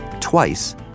twice